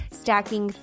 stacking